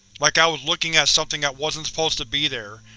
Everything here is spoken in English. like i was looking at something that wasn't supposed to be there,